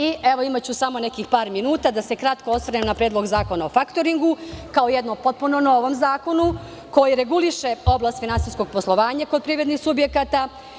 Imaću samo par minuta da se kratko osvrnem na Predlog zakona o faktoringu kao o jednom potpuno novom zakonu koji reguliše oblast finansijskog poslovanja kod privrednih subjekata.